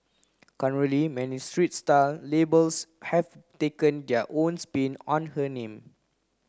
currently many streets style labels have taken their own spin on her name